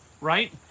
Right